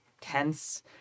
tense